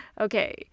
Okay